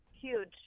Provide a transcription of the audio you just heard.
Huge